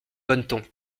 bonneton